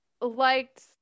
liked